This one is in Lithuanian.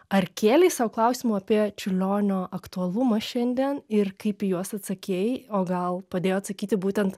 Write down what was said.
ar kėlei sau klausimų apie čiurlionio aktualumą šiandien ir kaip į juos atsakei o gal padėjo atsakyti būtent